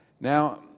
now